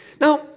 Now